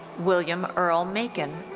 william earle macon.